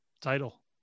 Title